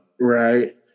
right